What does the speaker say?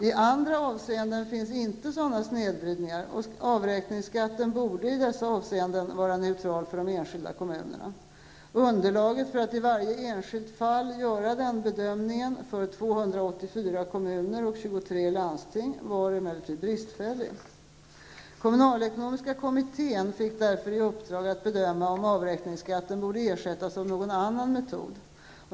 I andra avseenden fanns inte sådana snedvridningar, och avräkningsskatten borde i dessa avseenden vara neutral för de enskilda kommunerna. Underlaget för att i varje enskilt fall göra denna bedömning för 284 kommuner och 23 landsting var emellertid bristfälligt. Kommunalekonomiska kommittén fick därför i uppdrag att bedöma om avräkningsskatten borde ersättas av någon annan metod.